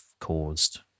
caused